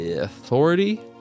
authority